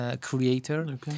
creator